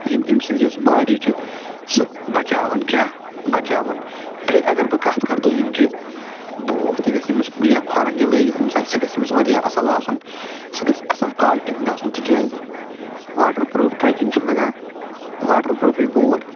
یِم أمۍ سٕنز یُس باڈی چھِ سُہ بَچاوٕنۍ کیاہ بَچاؤنۍ بیٚیہِ اَگر بہٕ کَتھ کرٕ دٔیُم کہِ بوٗٹھ تہِ گژھِ یا کھوٚرَن یہِ لٲگِتھ أمِس آسہِ سُہ گژھِ أمِس اَصٕل آسُن سُہ گژھِ اَصٕل کالٹی ہُند آسُن تِکیازِ واٹر پروٗف ٹرٮ۪کِنگ چھُ لَگان واٹر پروٗفٕے بوٗٹھ